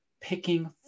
picking